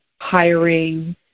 hiring